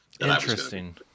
Interesting